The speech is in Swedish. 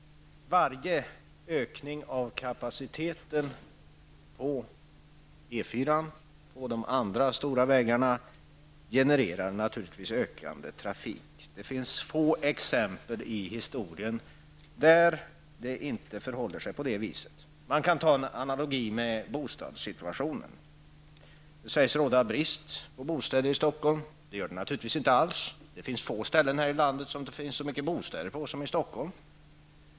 Varje ökning av kapaciteten på E 4-an och andra stora vägar genererar naturligtvis en allt större trafik. Det finns få exempel i historien som talar för motsatsen. Man kan dra paralleller med bostadssituationen. Det sägs ju att det råder brist på bostäder i Stockholm. Så är det naturligtvis inte alls. Det är få platser här i landet där det finns så många bostäder som det finns just i Stockholm.